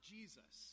Jesus